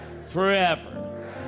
Forever